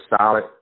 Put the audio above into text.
solid